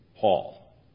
Paul